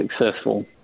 successful